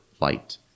light